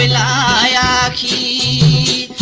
i i e. i